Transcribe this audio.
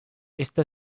esta